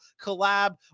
collab